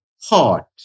hot